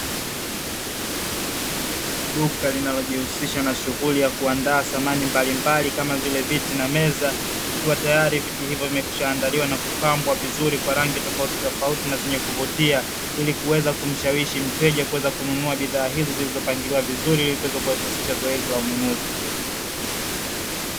Duka linalojihusisha na shughuli ya kuandaa samani mbalimbali kama vile viti na meza, ikiwa tayari viti hivyo vimeshaandaliwa na kupambwa vizuri kwa rangi tofautitofauti na zenye kuvutia, ili kuweza kumshawishi mteja kuweza kununua bidhaa hizo zilizopangiliwa vizuri ilikuweza kurahisisha zoezi la ununuzi.